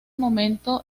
momento